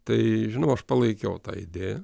tai žinoma aš palaikiau tą idėją